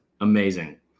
Amazing